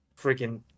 freaking